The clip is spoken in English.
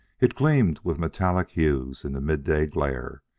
it gleamed with metallic hues in the midday glare.